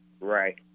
Right